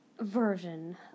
Version